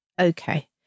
okay